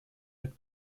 mit